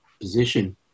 position